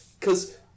cause